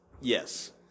Yes